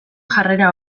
jarrera